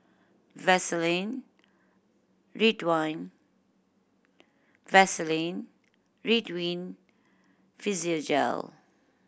Vaselin rid wine Vaselin Ridwind Physiogel